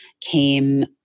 came